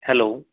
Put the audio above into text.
hello